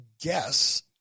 guess